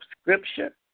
scripture